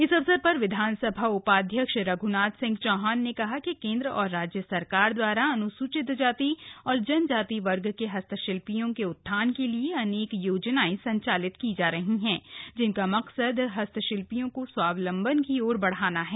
इस अवसर पर विधानसभा उपाध्यक्ष रघ्नाथ सिंह चौहान ने कहा कि केंद्र और राज्य सरकार द्वारा अन्सूचित जाति और जनजाति वर्ग के हस्तशिल्पियों के उत्थान के लिए अनेक योजनायें संचालित की जा रही है जिसका मकसद हस्तशिल्पियों को स्वालम्बन की ओर बढ़ाना है